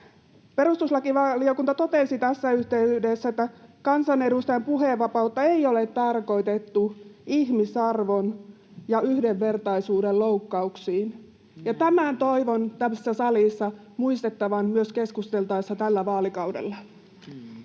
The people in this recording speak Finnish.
Perustuslakivaliokunta totesi tässä yhteydessä, että kansanedustajan puhevapautta ei ole tarkoitettu ihmisarvon ja yhdenvertaisuuden loukkauksiin. Tämän toivon tässä salissa muistettavan myös keskusteltaessa tällä vaalikaudella.